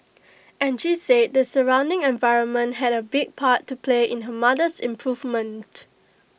Angie said the surrounding environment had A big part to play in her mother's improvement